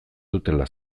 dutela